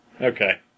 Okay